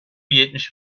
yetmiş